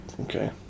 Okay